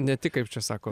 ne tik kaip čia sako